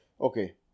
Okay